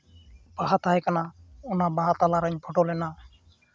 ᱵᱟᱦᱟ ᱛᱟᱦᱮᱸᱠᱟᱱᱟ ᱚᱱᱟ ᱵᱟᱦᱟ ᱛᱟᱞᱟᱨᱤᱧ ᱯᱷᱚᱴᱳ ᱞᱮᱱᱟ